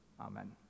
Amen